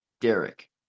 Derek